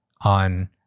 on